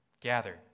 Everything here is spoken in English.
gather